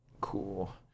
Cool